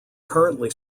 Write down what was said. currently